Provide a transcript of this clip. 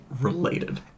related